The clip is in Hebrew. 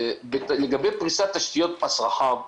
לגבי פריסת תשתיות פס רחב,